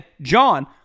John